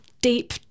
deep